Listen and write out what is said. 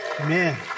Amen